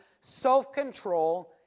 self-control